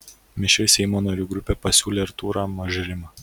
mišri seimo narių grupė pasiūlė artūrą mažrimą